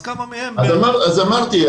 אז אמרתי,